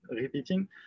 repeating